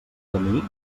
camí